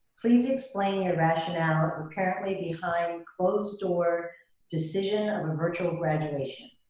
please explain your rationale apparently behind closed door decision of a virtual graduation.